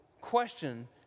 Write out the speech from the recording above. question